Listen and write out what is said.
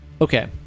Okay